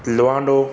लोहांडो